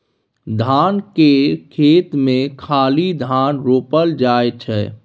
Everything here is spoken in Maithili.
धान केर खेत मे खाली धान रोपल जाइ छै